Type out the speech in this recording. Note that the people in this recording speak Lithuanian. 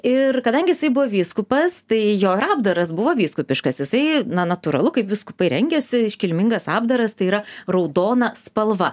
ir kadangi jisai buvo vyskupas tai jo ir apdaras buvo vyskupiškas jisai na natūralu kaip vyskupai rengiasi iškilmingas apdaras tai yra raudona spalva